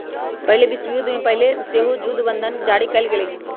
पहिल विश्वयुद्ध से पहिले सेहो जुद्ध बंधन जारी कयल गेल हइ